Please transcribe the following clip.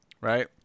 Right